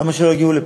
למה שלא יגיעו לפה?